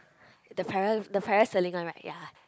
the para~ the parasailing one right ya